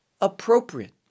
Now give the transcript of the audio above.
appropriate